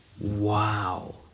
Wow